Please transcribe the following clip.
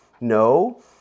No